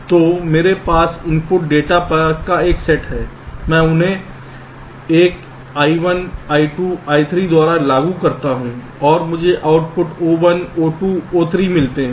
तो मेरे पास इनपुट डेटा का एक सेट है मैं उन्हें एक I1 I2 I3 द्वारा लागू करता हूं और मुझे आउटपुट O1 O2 O3 मिलते हैं